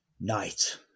night